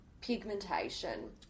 pigmentation